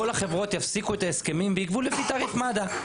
כל החברות יפסיקו את ההסכמים ויגבו לפי תעריף מד"א.